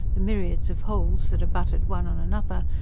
the myriads of holes that abutted one on another,